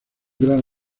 gran